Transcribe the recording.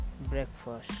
breakfast